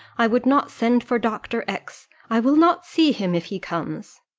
i would not send for dr. x i will not see him if he comes.